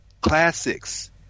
classics